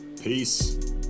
peace